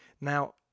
Now